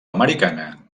americana